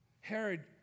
Herod